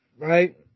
Right